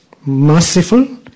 merciful